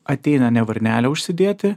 ateina ne varnelę užsidėti